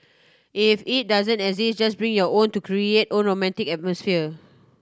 if it doesn't exist just bring your own to create own romantic atmosphere